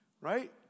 Right